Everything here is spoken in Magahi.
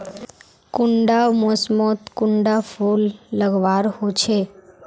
कुंडा मोसमोत कुंडा फुल लगवार होछै?